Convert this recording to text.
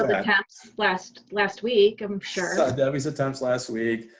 attempts last last week, i'm sure. saw debbie's attempts last week,